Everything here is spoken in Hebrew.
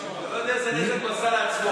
הוא לא יודע איזה נזק הוא עשה לעצמו.